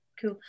Cool